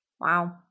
Wow